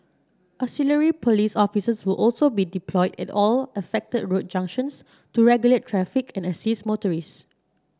auxiliary police officers will also be deployed at all affected road junctions to regulate traffic and assist motorist